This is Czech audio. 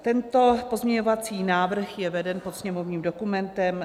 Tento pozměňovací návrh je veden pod sněmovním dokumentem 6536.